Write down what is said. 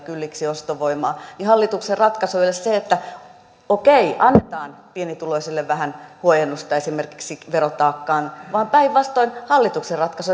kylliksi ostovoimaa niin hallituksen ratkaisu ei ole se että okei annetaan pienituloisille vähän huojennusta esimerkiksi verotaakkaan vaan päinvastoin hallituksen ratkaisu on